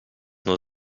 nur